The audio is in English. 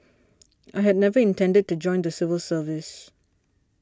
I had never intended to join the civil service